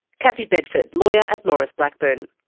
kathy bedford, lawyer at maurice blackburn.